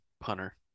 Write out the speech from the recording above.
punter